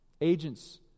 agents